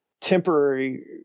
temporary